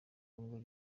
congo